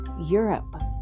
europe